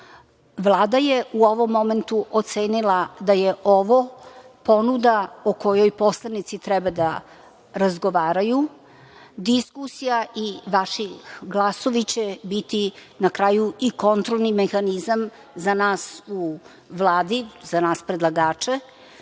Vlada je u ovom momentu ocenila da je ovo ponuda o kojoj poslanici treba da razgovaraju. Diskusija i vaši glasovi će biti na kraju i kontrolni mehanizam za nas u Vladi, za nas predlagače.